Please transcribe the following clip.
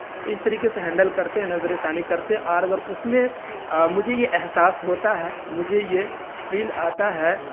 تو اس طریقے سے ہینڈل کرتے ہیں نظر ثانی کرتے ہیں اور اگر اس میں مجھے یہ احساس ہوتا ہے مجھے یہ فیل آتا ہے